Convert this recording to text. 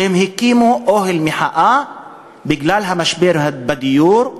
שהם הקימו אוהל מחאה בגלל המשבר בדיור,